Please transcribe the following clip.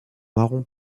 marron